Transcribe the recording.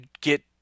get